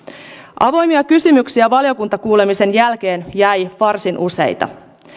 avoimia kysymyksiä valiokuntakuulemisen jälkeen jäi varsin useita